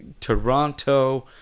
Toronto